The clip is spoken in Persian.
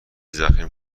ضخیم